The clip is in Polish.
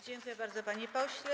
Dziękuję bardzo, panie pośle.